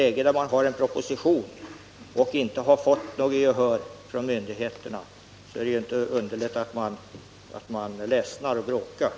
I en situation där en proposition framlagts men där man inte fått något gehör från myndigheterna är det ju inte underligt att man ledsnar på att bråka.